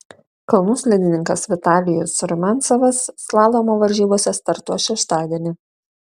kalnų slidininkas vitalijus rumiancevas slalomo varžybose startuos šeštadienį